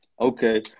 okay